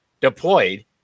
deployed